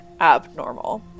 abnormal